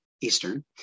Eastern